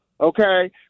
okay